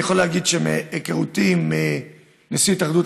אני יכול להגיד שמהיכרותי עם נשיא התאחדות